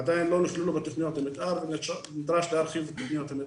עדיין לא נכללו בתכניות המתאר נדרש להרחיב תכניות המתאר.